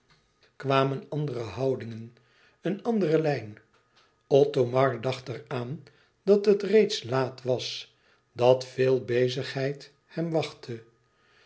kwamen andere houdingen een andere lijn othomar dacht er aan dat het reeds laat was dat veel bezigheid hem wachtte